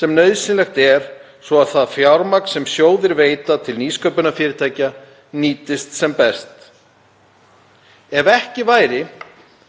sem nauðsynlegt er svo að það fjármagn sem sjóðir veita til nýsköpunarfyrirtækja nýtist sem best. Ef ekki væri